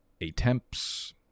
Attempts